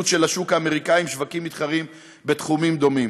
של השוק האמריקני עם שווקים מתחרים בתחומים דומים.